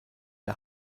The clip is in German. der